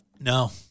No